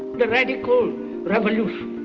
the radical revolution.